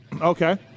Okay